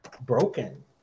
broken